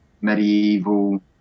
medieval